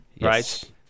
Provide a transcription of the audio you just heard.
right